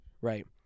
right